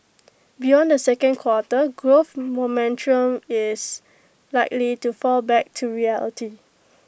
beyond the second quarter growth momentum is likely to fall back to reality